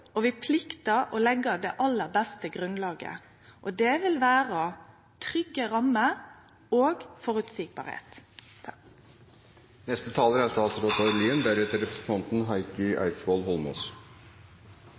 og vi pliktar å leggje det aller beste grunnlaget. Det vil vere trygge rammer og framsynt planlegging. Jeg kan forsikre alle som er